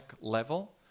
level